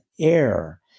air